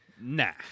Nah